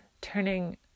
turning